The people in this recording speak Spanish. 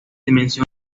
dimensiones